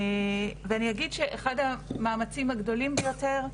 ואני אגיד שאחד המאמצים הגדולים ביותר,